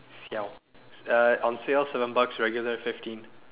siao uh on sale seven bucks regular fifteen